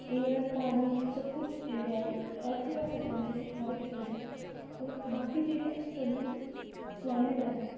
air पानी सब कुछ जेह्ड़ा ऐ अर्थ गै इक ऐसा पलैन्नट ऐ जेह्दे पर हर इक चीज़ ऐ और बाकी जेह्ड़े एक्सटर्नल पलैन्नट न